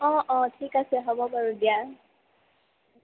অঁ অঁ ঠিক আছে হ'ব বাৰু দিয়া